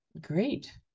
Great